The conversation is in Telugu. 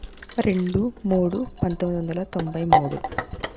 రెండు మూడు పంతొమ్మిది వందల తొంభై మూడు